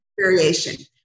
variation